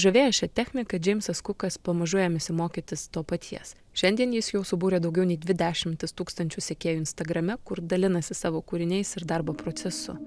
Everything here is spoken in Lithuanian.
žavėję šia technika džeimsas kukas pamažu ėmėsi mokytis to paties šiandien jis jau subūrė daugiau nei dvi dešimtis tūkstančių sekėjų instagrame kur dalinasi savo kūriniais ir darbo procesu